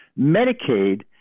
Medicaid